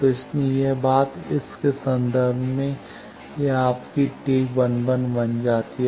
तो इसीलिए यह बात इस के संदर्भ में यह आपकी T 11 बन जाती है